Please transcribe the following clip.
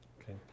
Okay